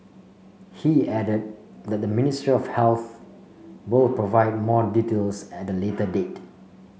he added that the Ministry of Healthy will provide more details at a later date